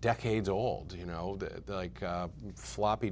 decades old you know that floppy